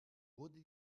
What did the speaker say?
wurde